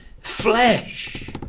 flesh